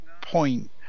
point